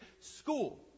school